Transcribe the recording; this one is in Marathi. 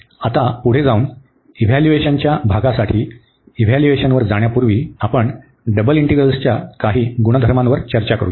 आता पुढे जाऊन इव्हाल्युएशनाच्या भागासाठी इव्हाल्युएशनावर जाण्यापूर्वी आपण डबल इंटिग्रल्सच्या काही गुणधर्मांवर चर्चा करूया